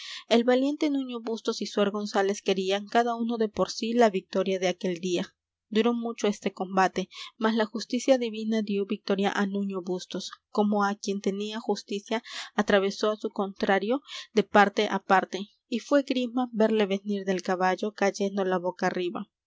el valiente nuño bustos y suer gonzález querían cada uno de por sí la victoria de aquel día duró mucho este combate mas la justicia divina dió victoria á nuño bustos como á quien tenía justicia atravesó á su contrario de parte á parte y fué grima verle venir del caballo cayendo la boca arriba